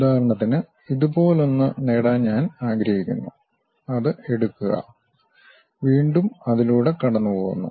ഉദാഹരണത്തിന് ഇതുപോലൊന്ന് നേടാൻ ഞാൻ ആഗ്രഹിക്കുന്നു അത് എടുക്കുക വീണ്ടും അതിലൂടെ കടന്നുപോകുന്നു